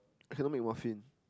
I cannot make muffin